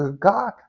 God